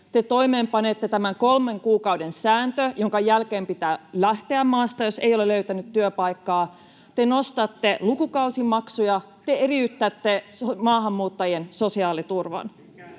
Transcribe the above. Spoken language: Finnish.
te toimeenpanette tämän kolmen kuukauden säännön, jonka jälkeen pitää lähteä maasta, jos ei ole löytänyt työpaikkaa, te nostatte lukukausimaksuja, te eriytätte maahanmuuttajien sosiaaliturvan.